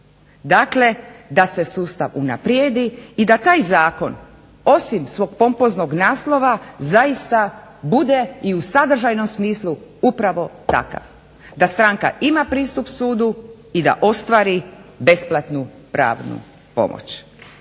Dakle, da se sustav unaprijedi i da taj zakon osim svog pompoznog naslova zaista bude i u sadržajnom smislu upravo takav, da stranka ima pristup sudu i da ostvari besplatnu pravnu pomoć.